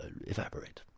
evaporate